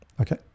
Okay